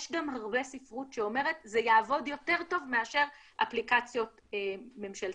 יש גם הרבה ספרות שאומרת: זה יעבוד יותר טוב מאשר אפליקציות ממשלתיות.